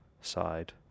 side